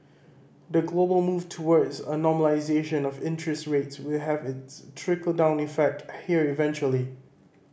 the global move towards a normalisation of interest rates will have its trickle down effect here eventually